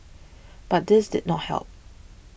but this did not help